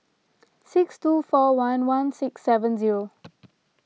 six two four one one six seven zero